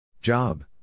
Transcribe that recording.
Job